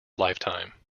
lifetime